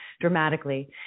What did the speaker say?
dramatically